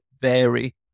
vary